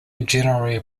generally